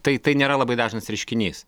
tai tai nėra labai dažnas reiškinys